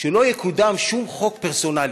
שלא יקודם שום חוק פרסונלי,